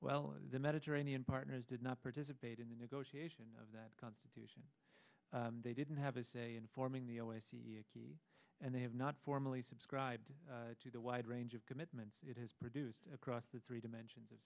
well the mediterranean partners did not participate in the negotiation of that constitution they didn't have a say in forming the always and they have not formally subscribed to the wide range of commitments it has produced across the three dimensions of